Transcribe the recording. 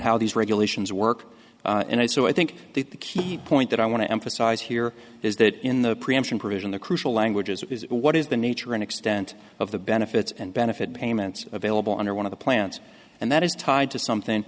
how these regulations work and i so i think that the key point that i want to emphasize here is that in the preemption provision the crucial language is what is the nature and extent of the benefits and benefit payments available under one of the plans and that is tied to something